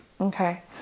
Okay